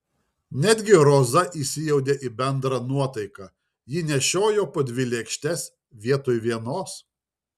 netgi roza įsijautė į bendrą nuotaiką ji nešiojo po dvi lėkštes vietoj vienos